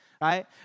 right